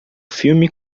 filme